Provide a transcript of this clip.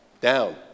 down